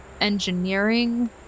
engineering